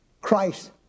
Christ